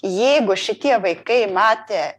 jeigu šitie vaikai matė